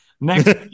next